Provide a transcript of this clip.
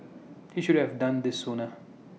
he should have done this sooner